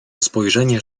spojrzenie